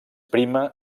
prima